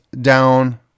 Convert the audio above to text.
down